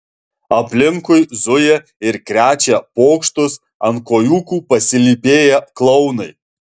aplinkui zuja ir krečia pokštus ant kojūkų pasilypėję klounai